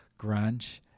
grunge